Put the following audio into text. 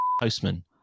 postman